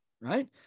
Right